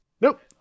Nope